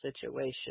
situation